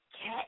Cat